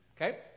okay